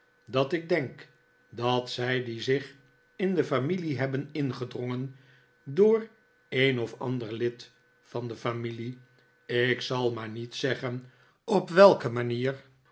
dat ik denk dat zij die zich in de familie hebben ingedrongen door een of ander lid van de familie ik zal maar niet zeggen op welke manier